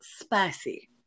spicy